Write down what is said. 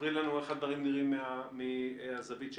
תספרי לנו איך הדברים נראים מן הזווית שלכם.